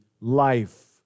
life